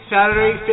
Saturday